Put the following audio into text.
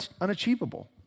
unachievable